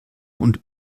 und